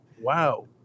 Wow